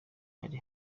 bari